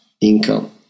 income